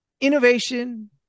Innovation